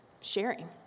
sharing